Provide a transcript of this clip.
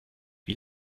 wie